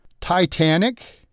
Titanic